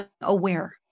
aware